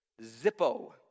zippo